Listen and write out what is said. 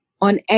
on